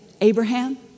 Abraham